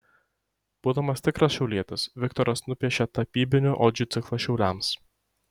būdamas tikras šiaulietis viktoras nupiešė tapybinių odžių ciklą šiauliams